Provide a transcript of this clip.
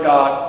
God